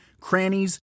crannies